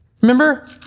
Remember